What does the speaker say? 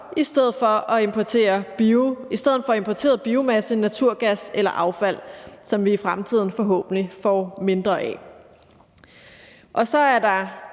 i stedet for importeret biomasse, naturgas eller affald, som vi i fremtiden forhåbentlig får mindre af. Så er der